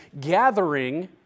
gathering